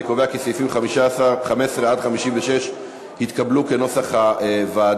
אני קובע כי סעיפים 15 עד 56 התקבלו כנוסח הוועדה.